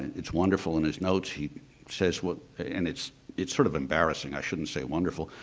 it's wonderful in his notes he says what and it's it's sort of embarrassing, i shouldn't say wonderful.